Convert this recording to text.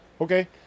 Okay